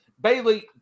Bailey